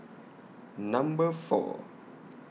Number four